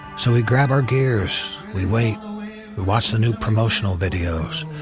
so we grab our gears, we wait, we watch the new promotional videos,